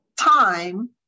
time